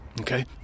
Okay